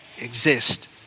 exist